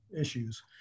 issues